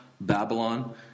Babylon